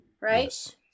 right